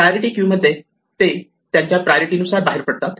priority queue मध्ये ते त्यांच्या प्रायोरिटी नुसार बाहेर पडतात